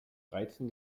reizen